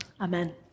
amen